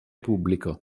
pubblico